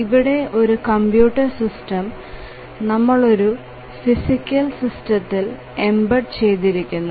ഇവിടെ ഒരു computer system നമ്മളൊരു ഫിസിക്കൽ സിസ്റ്റത്തിൽ എംബഡ് ചെയ്തിരിക്കുന്നു